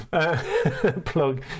plug